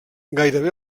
gairebé